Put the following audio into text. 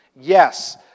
Yes